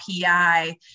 pi